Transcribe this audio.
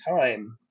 time